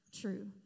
true